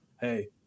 Hey